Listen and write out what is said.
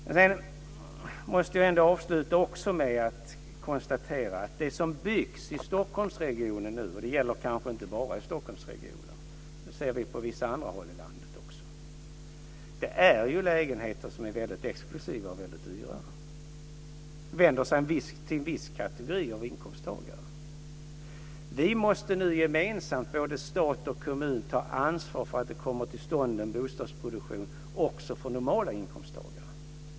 Sedan måste jag avsluta med att konstatera att det som nu byggs i Stockholmsregionen - det gäller kanske inte bara i Stockholmsregionen utan också på vissa andra håll i landet - är lägenheter som är väldigt exklusiva och dyra. Man vänder sig till en viss kategori av inkomsttagare. Vi måste nu gemensamt, både stat och kommun, ta ansvar för att det kommer till stånd en bostadsproduktion också för normalinkomsttagare.